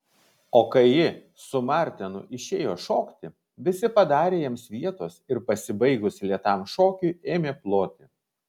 o kai ji su martenu išėjo šokti visi padarė jiems vietos ir pasibaigus lėtam šokiui ėmė ploti